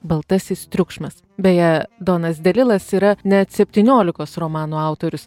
baltasis triukšmas beje donas delilas yra net septyniolikos romanų autorius